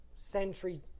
century